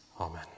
Amen